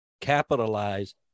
capitalize